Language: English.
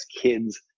kids